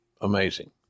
amazing